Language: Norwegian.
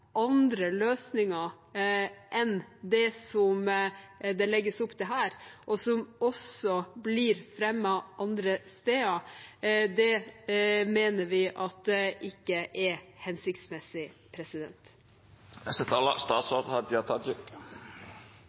andre løsninger enn det som det legges opp til her, og som også blir fremmet andre steder, det mener vi ikke er hensiktsmessig.